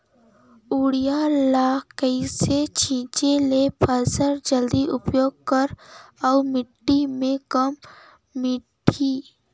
Urea ल कइसे छीचे ल फसल जादा उपयोग करही अउ माटी म कम माढ़ही?